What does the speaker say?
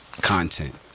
content